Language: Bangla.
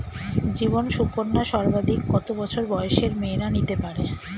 জীবন সুকন্যা সর্বাধিক কত বছর বয়সের মেয়েরা নিতে পারে?